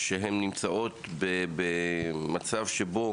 שנמצאות במצב שבו